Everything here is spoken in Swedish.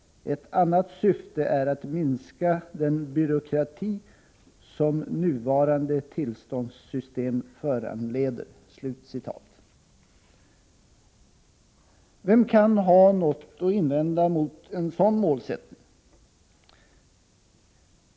Ett annat syfte är att minska den byråkrati som nuvarande tillståndssystem föranleder.” Vem kan ha något att invända mot en sådan målsättning?